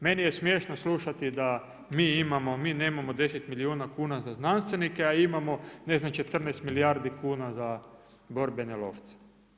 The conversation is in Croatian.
Meni je smješno slušati da mi imamo, mi nemamo 10 milijuna kuna za znanstvenike a imamo ne znam 14 milijardi kuna za borbene lovce.